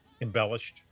embellished